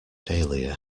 dahlia